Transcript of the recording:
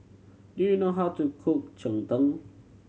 do you know how to cook cheng tng